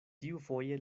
tiufoje